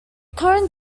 current